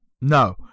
No